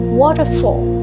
waterfall